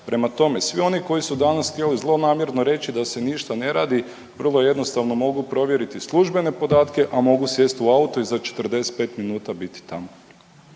Prema tome, svi oni koji su danas htjeli zlonamjerno reći da se ništa ne radi, vrlo jednostavno mogu provjeriti službene podatke, a mogu sjesti u auto i za 45 minuta biti tamo.